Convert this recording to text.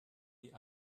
die